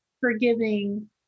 forgiving